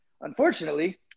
unfortunately